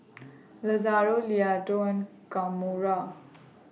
Lazaro Leota and Kamora